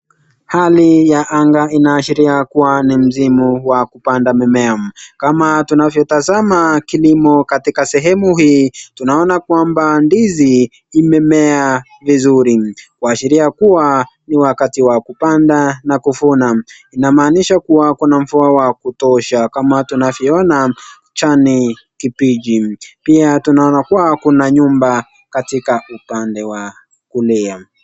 Hali ya anga inaashiria kua ni msimu wa kupanda mimea. Kama tunavyotazama, kilimo kutika sehemu hii, tunaona kwamba ndizi imemea vizuri kuashiria kua ni wakati wa kupanda na kuvuna. Inamaanisha kua kuna mvua wa kutosha kama tunavyoona kijani kibichi. Pia tunaona kua kuna nyumba katika upande wa kulia.